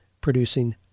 producing